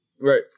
right